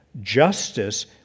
justice